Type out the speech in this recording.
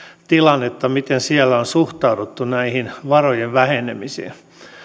tilannetta miten siellä on suhtauduttu näihin varojen vähenemisiin